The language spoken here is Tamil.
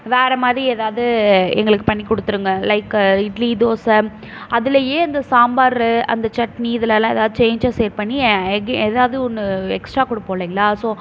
வேற மாதிரி எதாவது எங்களுக்கு பண்ணி கொடுத்துருங்க லைக் இட்லி தோசை அதுலேயே இந்த சாம்பார் அந்த சட்னி இதிலலாம் எதாவது சேஞ்சஸ்சேட் பண்ணி எதாவது ஒன்று எக்ஸ்ட்டா கொடுப்போம் இல்லைங்களா ஸோ